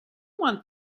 want